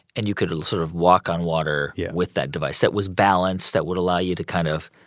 and you could sort of walk on water. yeah. with that device that was balanced, that would allow you to kind of,